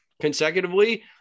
consecutively